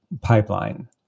pipeline